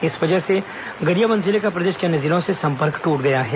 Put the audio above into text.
इस वजह से गरियाबंद जिले का प्रदेश के अन्य जिलों से संपर्क ट्ट गया है